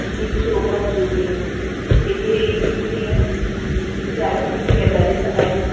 जीपशी open जिपीन तेजी rate बीन किदें दिसाचें किदें घेता तें सकाळचें